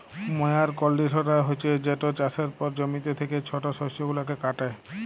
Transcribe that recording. ময়ার কল্ডিশলার হছে যেট চাষের পর জমিতে থ্যাকা ছট শস্য গুলাকে কাটে